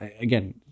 again